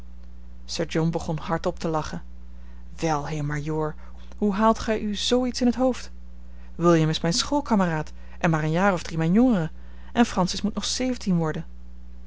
john begon hardop te lachen wel heer majoor hoe haalt gij u zoo iets in t hoofd william is mijn schoolkameraad en maar een jaar of drie mijn jongere en francis moet nog zeventien worden